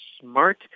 smart